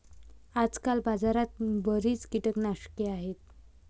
आजकाल बाजारात बरीच कीटकनाशके आहेत